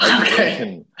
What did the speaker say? Okay